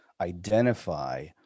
identify